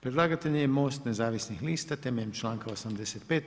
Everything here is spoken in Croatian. Predlagatelj je MOST nezavisnih lista temeljem članka 85.